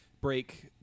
break